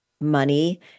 money